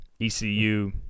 ECU –